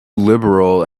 liberal